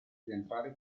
rientrare